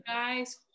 guys